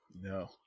No